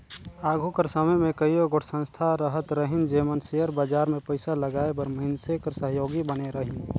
आघु कर समे में कइयो गोट संस्था रहत रहिन जेमन सेयर बजार में पइसा लगाए बर मइनसे कर सहयोगी बने रहिन